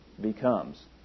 becomes